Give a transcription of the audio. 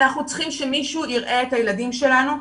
אנחנו צריכים שמישהו יראה את הילדים שלנו,